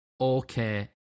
okay